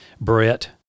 Brett